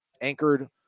anchored